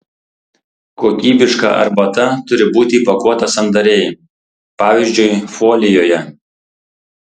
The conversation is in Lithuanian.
kokybiška arbata turi būti įpakuota sandariai pavyzdžiui folijoje